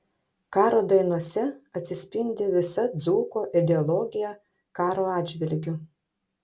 karo dainose atsispindi visa dzūko ideologija karo atžvilgiu